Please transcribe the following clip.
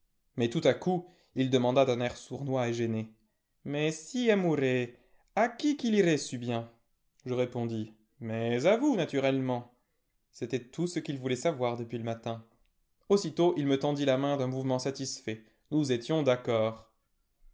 mais tout à coup il demanda d'un air sournois et a r gène mais si a mourait à qui qu'il irait çu bien je répondis mais à vous naturellement c'était tout ce qu'il voulait savoir depuis le matin aussitôt il me tendit la main d'un mouvement satisfait nous étions d'accord